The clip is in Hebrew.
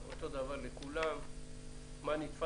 ואני מוסיף את המילה: הגדול.